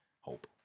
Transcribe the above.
hope